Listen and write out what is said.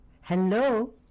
Hello